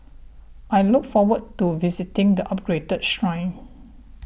I look forward to visiting the upgraded shrine